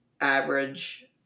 average